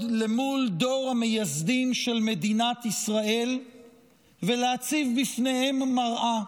למול דור המייסדים של מדינת ישראל ולהציב בפניהם מראה,